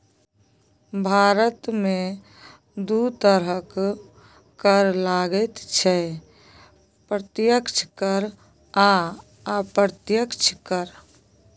भारतमे दू तरहक कर लागैत छै प्रत्यक्ष कर आ अप्रत्यक्ष कर